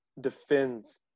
defends